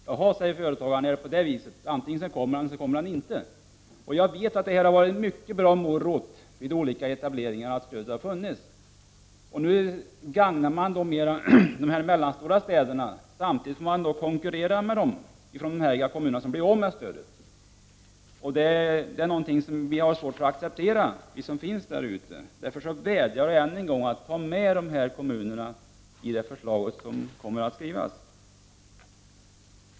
Jaha, säger företagaren, och sedan kan han ta ställning till om han skall förlägga sin verksamhet där eller inte. Jag vet att det varit en mycket bra morot vid olika etableringar att stödet har funnits. Nu gagnar man de mellanstora städerna, samtidigt som de kommuner som blir av med stödet skall konkurrera med dem. Vi som bor i de här kommunerna har svårt att acceptera detta. Därför vädjar jag en än gång: Tag med dessa kommuner i det förslag som kommer att skrivas!